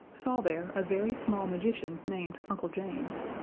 saw there a very small magician named uncle james.